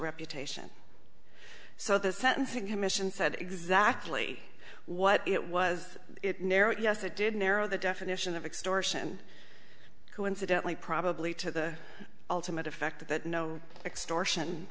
reputation so the sentencing commission said exactly what it was it narrow it yes it did narrow the definition of extortion who incidentally probably to the ultimate effect that no extortion